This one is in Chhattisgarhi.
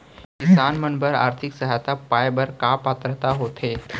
किसान मन बर आर्थिक सहायता पाय बर का पात्रता होथे?